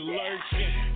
lurking